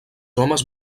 homes